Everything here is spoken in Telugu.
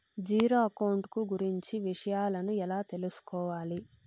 జీరో అకౌంట్ కు గురించి విషయాలను ఎలా తెలుసుకోవాలి?